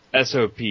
SOP